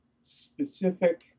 specific